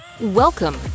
Welcome